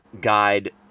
guide